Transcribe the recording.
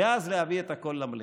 ואז להביא את הכול למליאה.